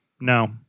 No